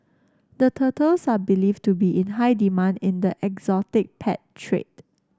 the turtles are believed to be in high demand in the exotic pet trade